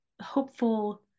hopeful